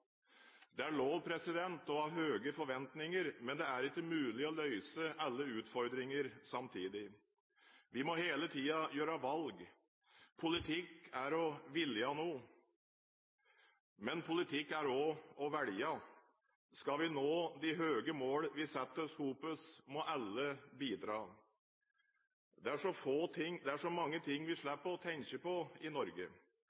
Det er lov å ha høye forventninger, men det er ikke mulig å løse alle utfordringene samtidig. Vi må hele tiden gjøre valg. Politikk er å ville noe – men politikk er også å velge. Skal vi sammen nå de høye mål vi setter oss, må alle bidra. Det er så mange ting vi